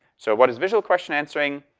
so what is visual question answering?